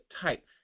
type